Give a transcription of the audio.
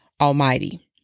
Almighty